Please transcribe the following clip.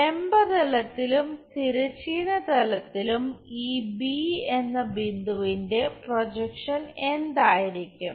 ലംബ തലത്തിലും തിരശ്ചീന തലത്തിലും ഈ ബി എന്ന ബിന്ദുവിന്റെ പ്രൊജക്ഷൻ എന്തായിരിക്കും